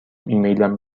ایمیلم